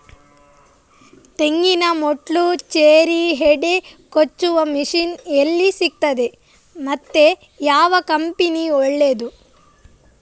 ತೆಂಗಿನ ಮೊಡ್ಲು, ಚೇರಿ, ಹೆಡೆ ಕೊಚ್ಚುವ ಮಷೀನ್ ಎಲ್ಲಿ ಸಿಕ್ತಾದೆ ಮತ್ತೆ ಯಾವ ಕಂಪನಿ ಒಳ್ಳೆದು?